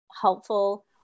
helpful